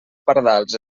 pardals